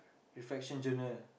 reflection journal